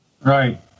Right